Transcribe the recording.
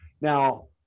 Now